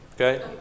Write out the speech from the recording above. Okay